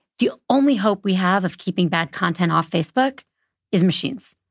the only hope we have of keeping bad content off facebook is machines.